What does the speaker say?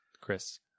Chris